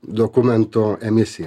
dokumento emisija